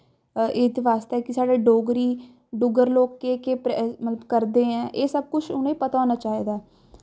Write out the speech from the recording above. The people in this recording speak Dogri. हित बास्तै कि साढ़े डोगरी डुग्गर लोग केह् केह् मतलब करदे ऐं एह् सब कुछ उ'नें पता होना चाहिदा ऐ